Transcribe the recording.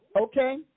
Okay